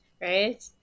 Right